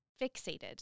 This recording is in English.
fixated